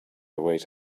wait